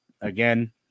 again